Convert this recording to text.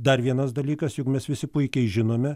dar vienas dalykas juk mes visi puikiai žinome